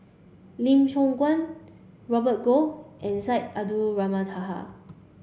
Lim Siong Guan Robert Goh and Syed Taha